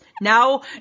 Now